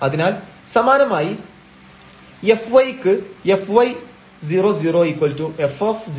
അതിനാൽ സമാനമായി fy ക്ക് fy 0 0 f0 Δy f0 0